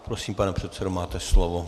Prosím, pane předsedo, máte slovo.